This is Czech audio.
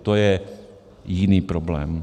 To je jiný problém.